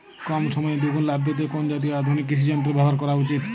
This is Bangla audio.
কম সময়ে দুগুন লাভ পেতে কোন জাতীয় আধুনিক কৃষি যন্ত্র ব্যবহার করা উচিৎ?